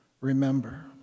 remember